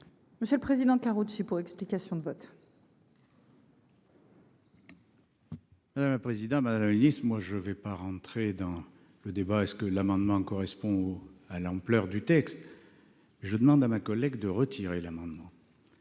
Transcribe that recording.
Monsieur le Président, carottes, explications de vote. Le président ma liste moi je ne vais pas rentrer dans le débat, est-ce que l'amendement correspond à l'ampleur du texte. Je demande à ma collègue de retirer l'amendement.